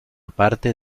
parte